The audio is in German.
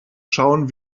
schauen